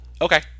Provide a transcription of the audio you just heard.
Okay